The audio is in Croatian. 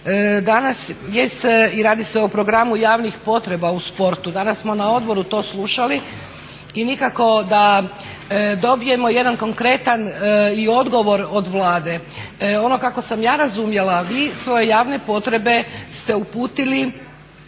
i radi se o programu javnih potreba u sportu. Danas smo na odboru to slušali i nikako da dobijemo jedan konkretan i odgovor od Vlade. Ono kako sam ja razumjela, vi svoje javne potrebe ste uputili